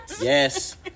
Yes